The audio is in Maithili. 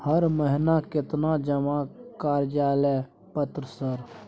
हर महीना केतना जमा कार्यालय पत्र सर?